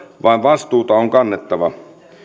vaan vastuuta on kannettava